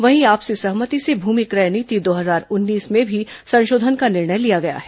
वहीं आपसी सहमति से भूमि क्रय नीति दो हजार उन्नीस में भी संशोधन का निर्णय लिया गया है